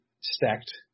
stacked